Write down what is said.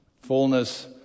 Fullness